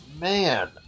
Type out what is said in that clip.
man